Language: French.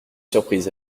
surprise